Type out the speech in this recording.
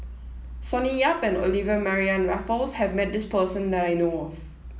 Sonny Yap and Olivia Mariamne Raffles has met this person that I know of